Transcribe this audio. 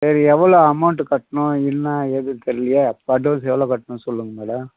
சரி எவ்வளோ அமௌண்ட்டு கட்டணும் என்ன ஏது தெரிலையே இப்போ அட்வான்ஸ் எவ்வளோ கட்டணும் சொல்லுங்கள் மேடம்